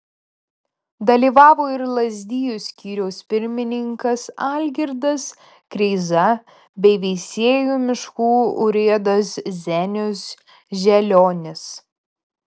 dalyvavo ir lazdijų skyriaus pirmininkas algirdas kreiza bei veisiejų miškų urėdas zenius želionis